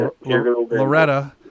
Loretta